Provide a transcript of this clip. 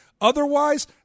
Otherwise